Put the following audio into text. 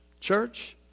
church